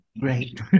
Great